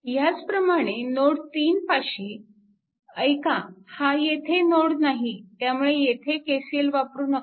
ह्याचप्रमाणे नोड 3 पाशी ऐका हा येथे नोड नाही त्यामुळे येथे KCL वापरू नका